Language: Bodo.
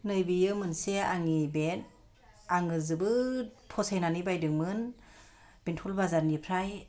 नैबियो मोनसे आंनि बेग आङो जोबोद फसायनानै बायदोंमोन बेंथल बाजारनिफ्राय